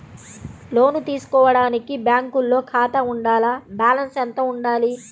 లోను తీసుకోవడానికి బ్యాంకులో ఖాతా ఉండాల? బాలన్స్ ఎంత వుండాలి?